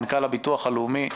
מנכ"ל המוסד לביטוח לאומי,